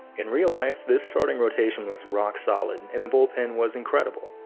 in real life, this starting rotation was rock solid and the bullpen was incredible.